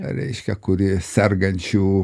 reiškia kuri sergančių